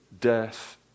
Death